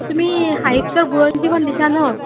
তুমি সাহিত্য বুৰ ঞ্জীখন দিছা ন'